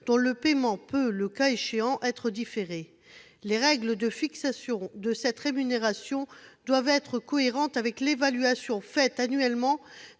dont le paiement peut, le cas échéant, être différé. « Les règles de fixation de cette rémunération doivent être cohérentes avec l'évaluation faite annuellement